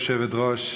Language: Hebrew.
כבוד היושבת-ראש,